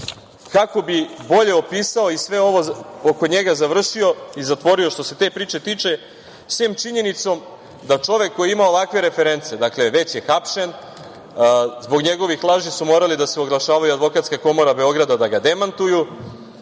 kako bih bolje opisao i sve ovo oko njega završio i zatvorio što se te priče tiče, sem činjenicom da čovek koji ima ovakve reference, dakle, već je hapšen, zbog njegove laži su morali da se oglašavaju, Advokatska komora Beograda da ga demantuje,